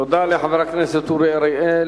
חבר הכנסת רוברט אילטוב,